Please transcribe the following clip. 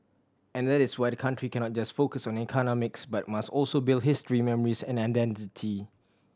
and that is why the country cannot just focus on economics but must also build history memories and identity